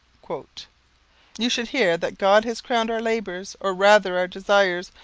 you should hear that god has crowned our labours, or rather our desires,